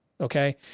okay